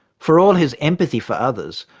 for all his empathy for others,